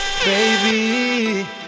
Baby